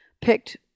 picked